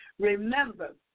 Remember